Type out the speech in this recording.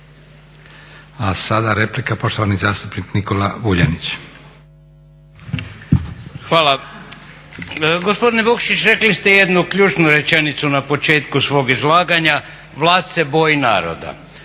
A sada replika poštovani zastupnik Nikola Vuljanić. **Vuljanić, Nikola (Nezavisni)** Hvala. Gospodine Vukšić, rekli ste jednu ključnu rečenicu na početku svog izlaganja vlast se boji naroda.